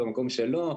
למקום שלו.